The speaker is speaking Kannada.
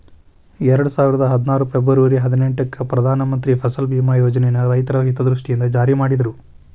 ಎರಡುಸಾವಿರದ ಹದ್ನಾರು ಫೆಬರ್ವರಿ ಹದಿನೆಂಟಕ್ಕ ಪ್ರಧಾನ ಮಂತ್ರಿ ಫಸಲ್ ಬಿಮಾ ಯೋಜನನ ರೈತರ ಹಿತದೃಷ್ಟಿಯಿಂದ ಜಾರಿ ಮಾಡಿದ್ರು